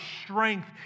strength